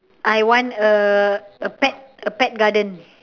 I want a a pet a pet garden